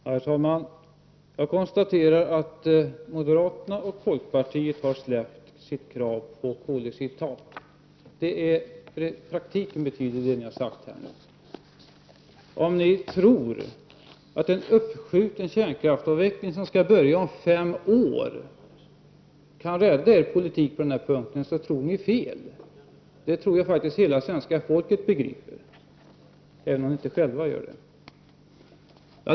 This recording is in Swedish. Herr talman! Jag konstaterar att moderaterna och folkpartiet har släppt sitt krav på koldioxidtak. Det är vad ni i praktiken har sagt nu. Ni tror fel om ni tror att en uppskjuten kärnkraftsavveckling som skall börja om fem år kan rädda er politik på den punkten. Jag tror faktiskt att hela svenska folket begriper det, även om ni inte själva gör det.